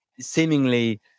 seemingly